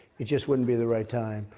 it just wouldn't be the right time.